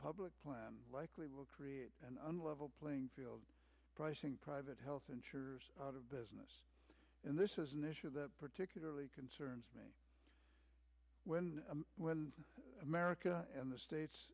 public plan likely will create an unlevel playing field pricing private health insurers out of business and this is an issue that particularly concerns me when when america and the